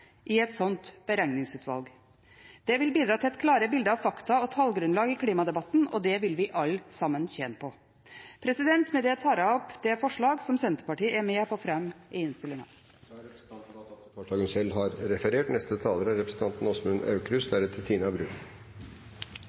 i et slikt beregningsutvalg. Det vil bidra til et klarere bilde av fakta og tallgrunnlag i klimadebatten, og det vil vi alle tjene på. Med det tar jeg opp de forslagene som Senterpartiet er med på å fremme i innstillingen. Representanten Marit Arnstad har tatt opp de forslagene hun